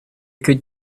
could